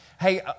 hey